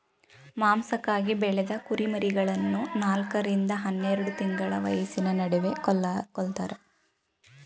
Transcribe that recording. ಮಾಂಸಕ್ಕಾಗಿ ಬೆಳೆದ ಕುರಿಮರಿಗಳನ್ನು ನಾಲ್ಕ ರಿಂದ ಹನ್ನೆರೆಡು ತಿಂಗಳ ವಯಸ್ಸಿನ ನಡುವೆ ಕೊಲ್ತಾರೆ